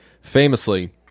Famously